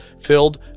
filled